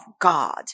God